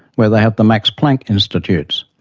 where they have the max planck institutes.